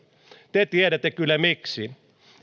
te tiedätte kyllä miksi